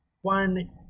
One